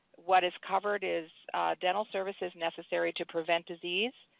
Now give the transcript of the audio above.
what is covered is dental services necessary to prevent disease,